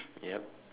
ya